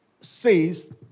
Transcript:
says